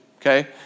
okay